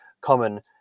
common